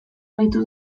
aritu